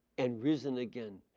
and risen again.